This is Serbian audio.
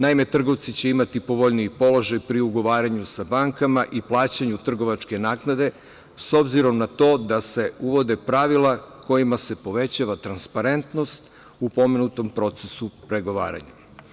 Naime, trgovci će imati povoljniji položaj pri ugovaranju sa bankama i plaćanju trgovačke naknade, s obzirom na to da se uvode pravila kojima se povećava transparentnost u pomenutom procesu pregovaranja.